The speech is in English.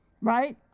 right